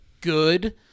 good